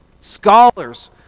Scholars